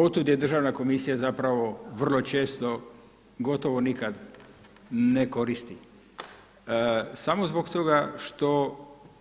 Od tud je Državna komisija zapravo vrlo često gotovo nikad ne koristi samo zbog toga što